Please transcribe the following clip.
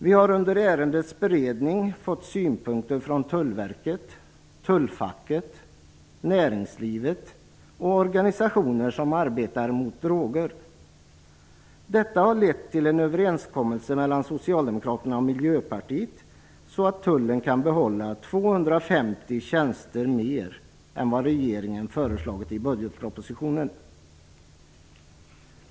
Vi har under ärendets beredning fått synpunkter från Tullverket, tullfacket, näringslivet och organisationer som arbetar mot droger. Detta har lett till en överenskommelse mellan Socialdemokraterna och Miljöpartiet så att tullen kan behålla 250 tjänster mer än vad regeringen föreslagit i bedgetpropositionen.